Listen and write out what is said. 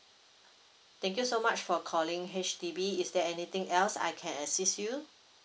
thank you so much for calling H_D_B is there anything else I can assist you